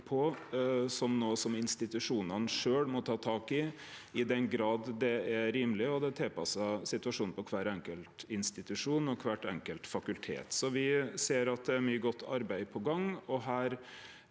på som noko institusjonane sjølve må ta tak i, i den grad det er rimeleg og tilpassa situasjonen på kvar einskild institusjon og kvart einskilte fakultet. Me ser at det er mykje godt arbeid på gang, og me